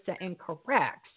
incorrect